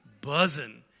buzzing